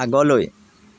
আগলৈ